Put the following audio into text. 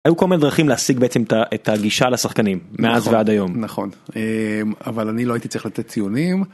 היו כל מיני דרכים להשיג בעצם את הגישה לשחקנים מאז ועד היום נכון אבל אני לא הייתי צריך לתת ציונים.